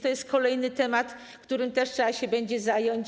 To jest kolejny temat, którym też trzeba się będzie zająć.